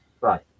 Right